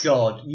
God